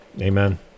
Amen